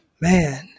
man